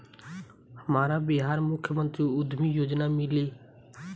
हमरा बिहार मुख्यमंत्री उद्यमी योजना मिली?